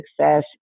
success